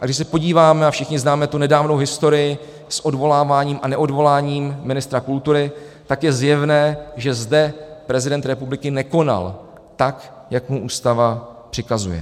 A když se podíváme, a všichni známe nedávnou historii s odvoláváním a neodvoláním ministra kultury, je zjevné, že zde prezident republiky nekonal tak, jak mu Ústava přikazuje.